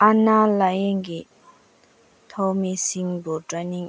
ꯑꯅꯥ ꯂꯥꯏꯌꯦꯡꯒꯤ ꯊꯧꯃꯤꯁꯤꯡꯕꯨ ꯇ꯭ꯔꯦꯟꯅꯤꯡ